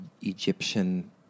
Egyptian